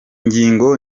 ngingo